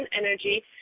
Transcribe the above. energy